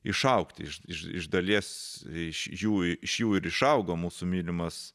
išaugti iš iš dalies iš jų iš jų ir išaugo mūsų mylimas